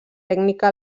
ètnica